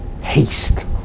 haste